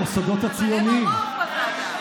המוסדות הציוניים.